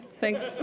thanks.